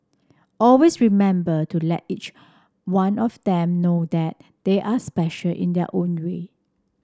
always remember to let each one of them know that they are special in their own way